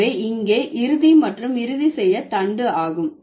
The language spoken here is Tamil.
எனவே இங்கே இறுதி மற்றும் இறுதி செய்ய தண்டு ஆகும்